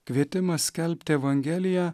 kvietimas skelbti evangeliją